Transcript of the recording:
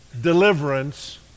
deliverance